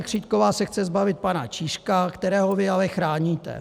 Křítková se chce zbavit pana Čížka, kterého vy ale chráníte.